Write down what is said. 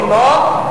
לימור.